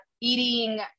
eating